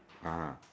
ah